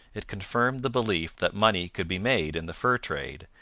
it confirmed the belief that money could be made in the fur trade,